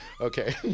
okay